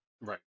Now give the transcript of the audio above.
Right